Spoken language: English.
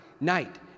night